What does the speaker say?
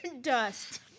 dust